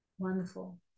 Wonderful